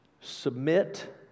submit